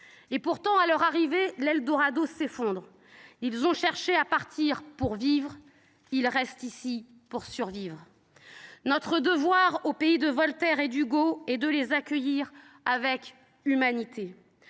Et pourtant, à leur arrivée, l’eldorado s’effondre : ils ont cherché à partir pour vivre ; ils restent ici pour survivre. Notre devoir, au pays de Voltaire et de Hugo, est de les accueillir avec humanité.